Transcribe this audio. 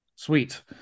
sweet